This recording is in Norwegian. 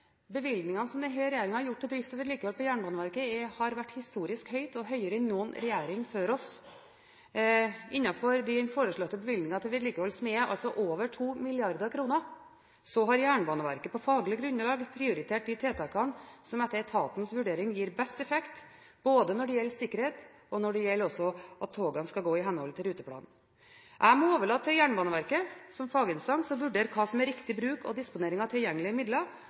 Bevilgningene som denne regjeringen har gjort til drift og vedlikehold til Jernbaneverket, har vært historisk høye og høyere enn noen regjering før oss. Innenfor de foreslåtte bevilgningene til vedlikehold, som altså er over 2 mrd. kr, har Jernbaneverket på faglig grunnlag prioritert de tiltakene som etter etatens vurdering gir best effekt, både når det gjelder sikkerhet, og når det gjelder at togene skal gå i henhold til ruteplanen. Jeg må overlate til Jernbaneverket som faginstans å vurdere hva som er riktig bruk og disponering av tilgjengelige midler.